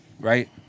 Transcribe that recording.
right